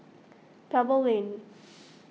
Pebble Lane